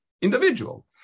individual